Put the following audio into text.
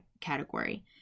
category